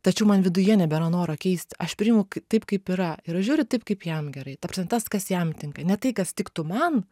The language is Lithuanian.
tačiau man viduje nebėra noro keisti aš priimu taip kaip yra ir aš žiūri taip kaip jam gerai ta prasme tas kas jam tinka ne tai kas tiktų man